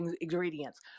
ingredients